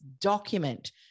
document